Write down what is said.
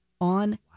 on